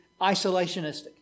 isolationistic